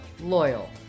loyal